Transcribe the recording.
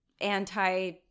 anti